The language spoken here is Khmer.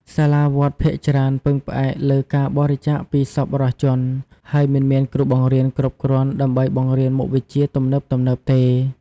សាលាវត្តភាគច្រើនពឹងផ្អែកលើការបរិច្ចាគពីសប្បុរសជន ហើយមិនមានគ្រូបង្រៀនគ្រប់គ្រាន់ដើម្បីបង្រៀនមុខវិជ្ជាទំនើបៗទេ។